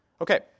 okay